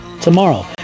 tomorrow